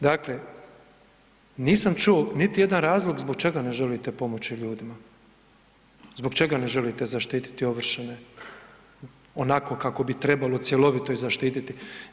Dakle, nisam čuo niti jedan razlog zbog čega ne želite pomoći ljudima, zbog čega ne želite zaštititi ovršene, onako kako bi trebalo cjelovito ih zaštititi.